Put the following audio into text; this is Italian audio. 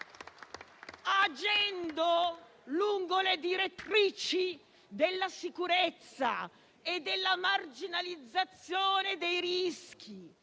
agendo lungo le direttrici della sicurezza e della marginalizzazione dei rischi,